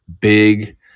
big